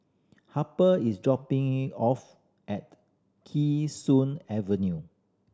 Harper is dropping off at Kee Sun Avenue